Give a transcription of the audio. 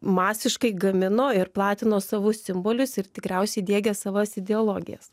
masiškai gamino ir platino savo simbolius ir tikriausiai diegia savas ideologijas